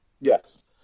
Yes